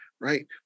right